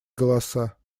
голоса